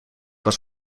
was